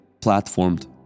platformed